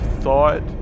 thought